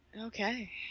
Okay